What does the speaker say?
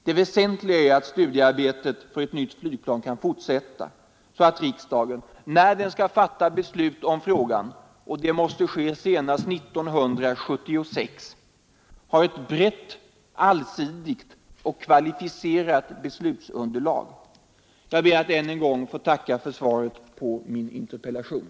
Det väsentliga är att studiearbetet för ett nytt flygplan kan fortsätta så att riksdagen — när den skall fatta beslut i frågan, vilket måste ske senast 1976 — har ett brett, allsidigt och kvalificerat beslutsunderlag. Jag ber, herr talman, att än en gång få tacka för svaret på min interpellation.